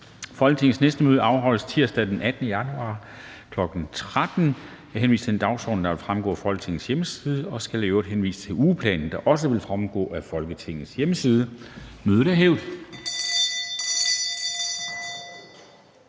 Folketingets næste møde afholdes tirsdag den 18. januar 2022, kl. 13.00. Jeg henviser til den dagsorden, der fremgår af Folketingets hjemmeside. Og jeg skal i øvrigt henvise til ugeplanen, der også fremgår af Folketingets hjemmeside. Mødet er hævet.